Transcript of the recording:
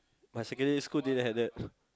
my secondary school didn't have that